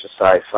exercise